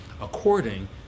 according